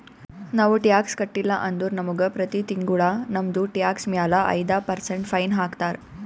ನಾವು ಟ್ಯಾಕ್ಸ್ ಕಟ್ಟಿಲ್ಲ ಅಂದುರ್ ನಮುಗ ಪ್ರತಿ ತಿಂಗುಳ ನಮ್ದು ಟ್ಯಾಕ್ಸ್ ಮ್ಯಾಲ ಐಯ್ದ ಪರ್ಸೆಂಟ್ ಫೈನ್ ಹಾಕ್ತಾರ್